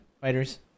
fighters